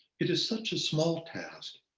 it is such a small task,